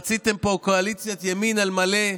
רציתם פה קואליציית ימין על מלא,